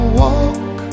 walk